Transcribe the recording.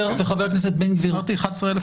ולקיחת איזושהי רצועת ביטחון של מדינות מסביבן.